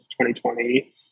2020